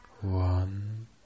one